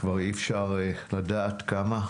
כבר אי אפשר לדעת כמה,